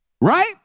Right